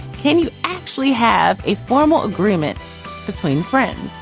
can you actually have a formal agreement between friends?